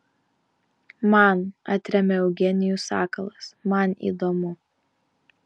man atremia eugenijus sakalas man įdomu